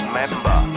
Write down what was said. member